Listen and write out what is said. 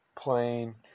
plane